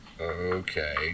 Okay